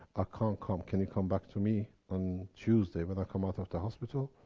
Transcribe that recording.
ah can't come. can you come back to me on tuesday, when i come out of the hospital?